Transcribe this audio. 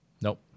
Nope